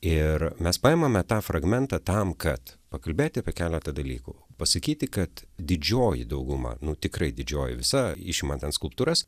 ir mes paimame tą fragmentą tam kad pakalbėt apie keletą dalykų pasakyti kad didžioji dauguma nu tikrai didžioji visa išimant ten skulptūras